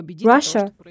Russia